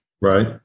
Right